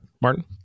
Martin